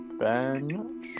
Ben